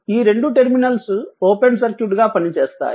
ఈ రెండు terminals open సర్క్యూట్గా పనిచేస్తాయి